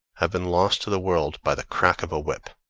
have been lost to the world by the crack of a whip?